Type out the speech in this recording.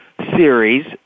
Series